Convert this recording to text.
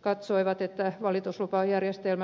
katsoivat että valituslupajärjestelmä nopeuttaisi systeemiä